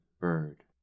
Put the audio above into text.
bird